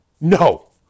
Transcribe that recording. No